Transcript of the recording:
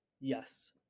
yes